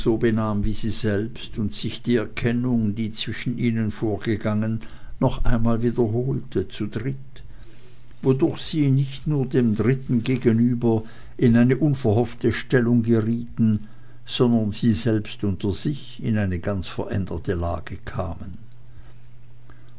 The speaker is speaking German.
wie sie selbst und sich die erkennung die zwischen ihnen vorgegangen noch einmal wiederholte zu dritt wodurch sie nicht nur dem dritten gegenüber in eine unverhoffte stellung gerieten sondern sie selbst unter sich in eine ganz veränderte lage kamen